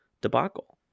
Debacle